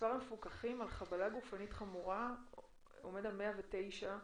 מספר המפוקחים על חבלה גופנית חמורה עומד על 109,